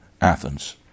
Athens